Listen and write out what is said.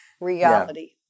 reality